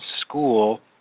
school